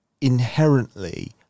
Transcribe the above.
inherently